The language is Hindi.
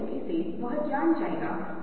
तो मूल रूप से यहाँ क्या हो रहा है